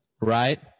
Right